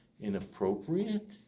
inappropriate